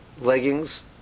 leggings